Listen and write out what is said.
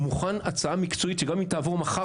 מוכן הצעה מקצועית שגם אם תעבור ממחר